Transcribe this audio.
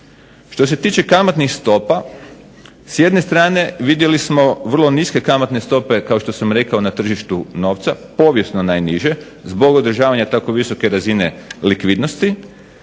Što se tiče kamatnih stopa s jedne strane vidjeli smo vrlo niske kamatne stope na tržištu novca, povijesno najniže, zbog održavanja tako visoke razine likvidnosti